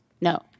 No